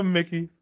Mickey